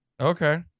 Okay